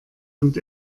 und